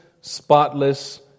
spotless